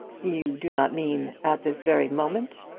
you do not mean at this very moment?